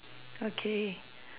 okay